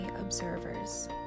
observers